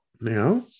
now